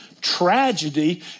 tragedy